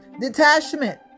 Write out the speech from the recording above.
detachment